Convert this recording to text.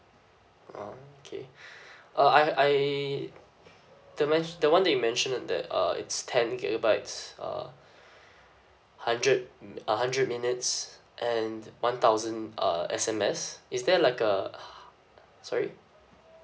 okay uh I've I the mentio~ the one that you mentioned that uh it's ten gigabytes uh hundred mm a hundred minutes and one thousand uh S_M_S is there like a sorry